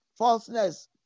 falseness